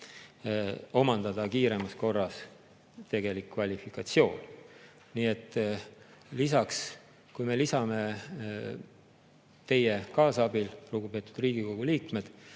omandada kiiremas korras tegelik kvalifikatsioon. Nii et kui me lisame teie kaasabil, lugupeetud Riigikogu liikmed,